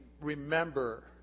remember